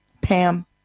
Pam